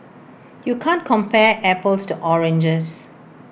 you can't compare apples to oranges